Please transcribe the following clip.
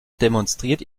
demonstriert